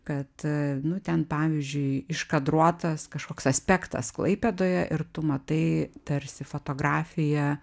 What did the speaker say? kad nu ten pavyzdžiui iškadruotas kažkoks aspektas klaipėdoje ir tu matai tarsi fotografiją